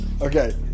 Okay